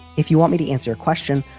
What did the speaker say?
if you want me to answer a question.